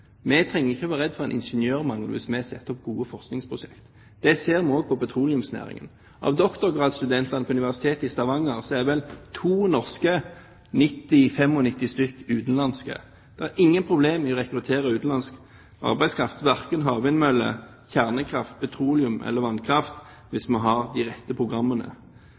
Vi trenger ikke å frykte ingeniørmangel dersom vi setter opp gode forskningsprosjekter. Det ser vi også innen petroleumsnæringen. Blant doktorgradsstudentene ved Universitetet i Stavanger er det vel to norske og 90–95 utenlandske. Det er ikke noe problem å rekruttere utenlandsk arbeidskraft når det gjelder verken havvindmøller, kjernekraft, petroleum eller vannkraft, hvis vi har de rette programmene.